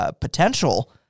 potential